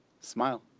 smile